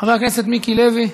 חבר הכנסת מיקי לוי.